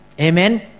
Amen